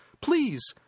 Please